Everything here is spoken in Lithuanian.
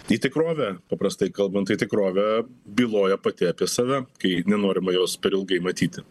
į tikrovę paprastai kalbant tai tikrovė byloja pati apie save kai nenorima jos per ilgai matyti